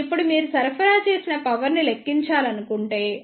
ఇప్పుడు మీరు సరఫరా చేసిన పవర్ ని లెక్కించాలనుకుంటే